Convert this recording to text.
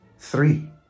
Three